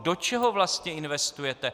Do čeho vlastně investujete?